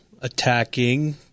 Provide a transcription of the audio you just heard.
attacking